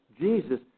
Jesus